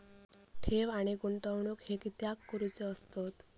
ठेव आणि गुंतवणूक हे कित्याक करुचे असतत?